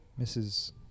Mrs